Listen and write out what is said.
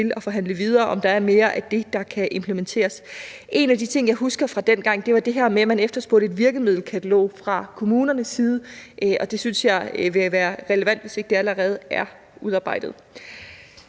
igen at se på, om der er mere af det, der kan implementeres. En af de ting, jeg husker fra dengang, var det her med, at man efterspurgte et virkemiddelkatalog fra kommunernes side, og det synes jeg ville være relevant at gøre, hvis ikke det allerede er udarbejdet.